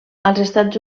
estats